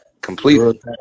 completely